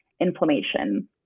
inflammation